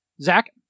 Zach